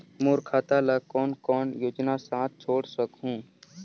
मोर खाता ला कौन कौन योजना साथ जोड़ सकहुं?